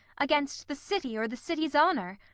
against the city, or the city's honour,